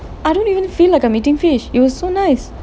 I don't even feel like I'm eating fish it was so nice